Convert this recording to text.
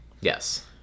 Yes